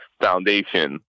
Foundation